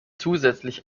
zusätzlich